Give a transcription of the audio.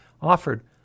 offered